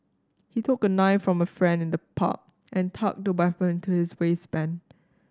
he took a knife from a friend in the pub and tucked the weapon into his waistband